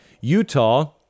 Utah